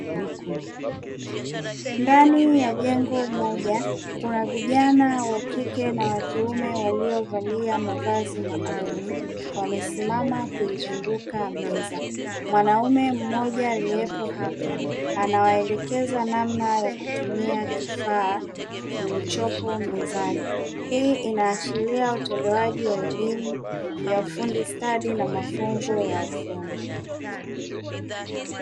Ndani ya jengo moja, kuna vijana wa kike na wa kiume walio valia mavazi maalumu wamesimama kuizunguka meza. Mwanaume mmoja aliyepo hapo anawaelekeza namna ya kutumia kifaa kilichopo mezani. Hii inaashiria utoaji wa elimu ya ufundi stadi na mafunzo ya ufundi.